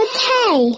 Okay